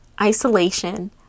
isolation